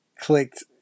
clicked